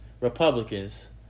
Republicans